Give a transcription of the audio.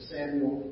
Samuel